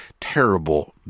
terrible